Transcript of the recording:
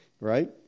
right